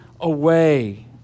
away